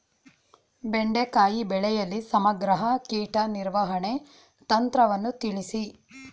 ಬೆಂಡೆಕಾಯಿ ಬೆಳೆಯಲ್ಲಿ ಸಮಗ್ರ ಕೀಟ ನಿರ್ವಹಣೆ ತಂತ್ರವನ್ನು ತಿಳಿಸಿ?